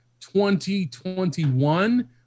2021